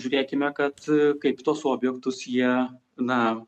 žiūrėkime kad kaip tuos objektus jie na